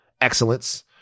excellence